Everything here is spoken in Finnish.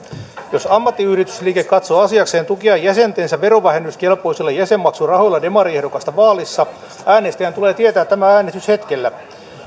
jos ammattiyhdistysliike katsoo asiakseen tukea jäsentensä verovähennyskelpoisilla jäsenmaksurahoilla demariehdokasta vaaleissa äänestäjän tulee tietää tämä äänestyshetkellä